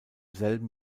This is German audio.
selben